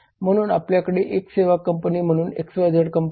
म्हणून आपल्याकडे एक सेवा कंपनी म्हणून XYZ कंपनी आहे